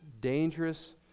dangerous